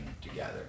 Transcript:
together